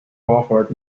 crawford